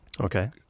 okay